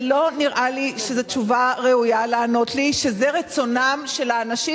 זה לא נראה לי שזו תשובה ראויה לענות לי שזה רצונם של האנשים,